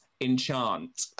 Enchant